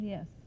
Yes